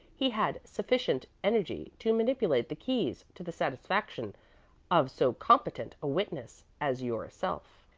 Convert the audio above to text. he had sufficient energy to manipulate the keys to the satisfaction of so competent a witness as yourself.